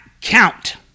count